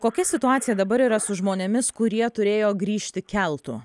kokia situacija dabar yra su žmonėmis kurie turėjo grįžti keltu